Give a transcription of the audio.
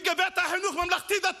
מגבה את החינוך הממלכתי-דתי,